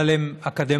אבל הם אקדמאים,